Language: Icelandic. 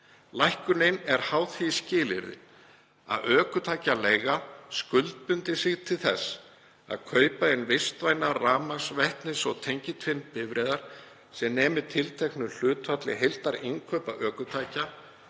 Lækkunin er háð því skilyrði að ökutækjaleiga skuldbindi sig til þess að kaupa inn vistvænar rafmagns-, vetnis- eða tengiltvinnbifreiðar sem nemi tilteknu hlutfalli heildarinnkaupa ökutækja,